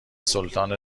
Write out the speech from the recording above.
سلطان